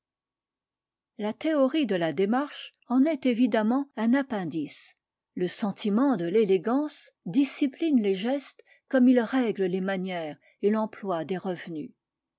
la théorie de la démarche en est évidemment un appendice le sentiment de l'élégance a balzac a écrit bien d'autres de ces appendices l'élude des mœurs par le gant nouvelle uiéorie du déjeuner physiologie de la toilelle physiologie du cigare etc etc discipline les gestes comme il règle les manières et l'emploi des revenus